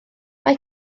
mae